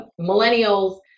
millennials